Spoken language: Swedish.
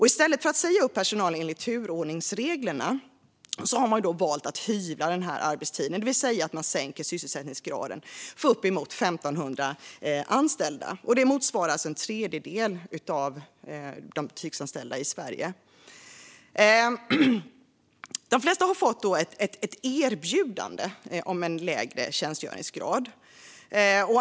I stället för att säga upp personal enligt turordningsreglerna har man valt att hyvla arbetstiden, det vill säga sänka sysselsättningsgraden, för uppemot 1 500 anställda. Det motsvarar en tredjedel av de butiksanställda i Sverige. De flesta har fått ett "erbjudande" om lägre tjänstgöringsgrad.